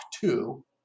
two